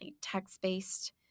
text-based